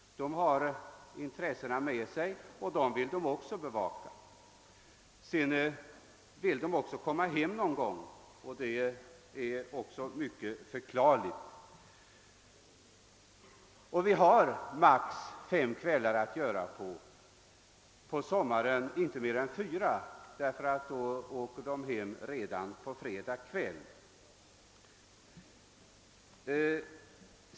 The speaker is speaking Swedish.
De har dessa intressen med sig och dem vill de också bevaka. Vidare vill de komma hem någon kväll om avstånden tillåter och det är väl helt naturligt. Vi har maximum fem kvällar att räkna med — på sommaren inte mer än fyra, ty då reser de värnpliktiga hem redan på fredag kväll.